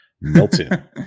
Milton